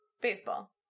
Baseball